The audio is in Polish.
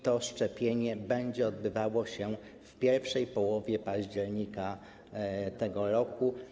To szczepienie będzie odbywało się w pierwszej połowie października tego roku.